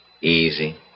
Easy